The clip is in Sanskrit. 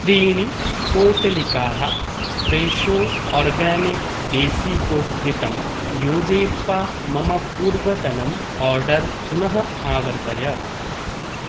त्रीणि पोटलिकाः फ्रेशो आर्गानिक् देसी गोघृतं योजयित्वा मम पूर्वतनम् आर्डर् पुनः आवर्तय